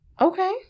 Okay